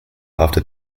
after